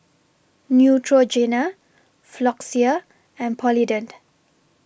Neutrogena Floxia and Polident